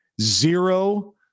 zero